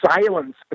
silence